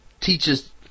teaches